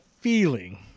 feeling